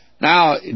Now